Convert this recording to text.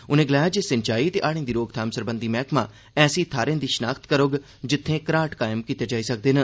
उनें गलाया जे सिंचाई ते हाड़ें दी रोकथाम सरबंघी मैह्कमा ऐसी थाहरें दी शिनाख्त करोग जित्थें घराट कायम कीते जाई सकदे न